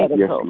yes